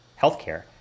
healthcare